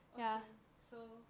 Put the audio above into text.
okay so